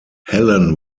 helen